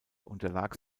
unterlag